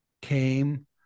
came